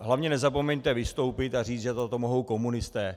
Hlavně nezapomeňte vystoupit a říct, že za to mohou komunisté!